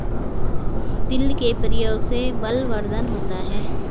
तिल के प्रयोग से बलवर्धन होता है